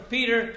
Peter